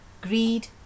greed